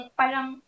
parang